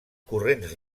corrents